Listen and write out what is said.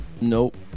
Nope